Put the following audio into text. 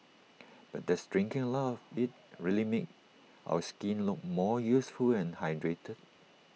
but does drinking A lot of IT really make our skin look more youthful and hydrated